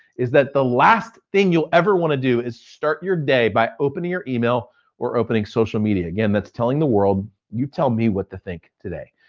is that the last thing you'll ever wanna do is start your day by opening your email or opening social media. again, that's telling the world you tell me what to think today.